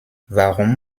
warum